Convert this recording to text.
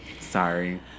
Sorry